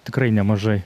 tikrai nemažai